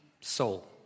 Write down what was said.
soul